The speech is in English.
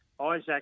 Isaac